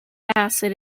acid